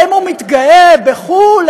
שבהם הוא מתגאה בחו"ל,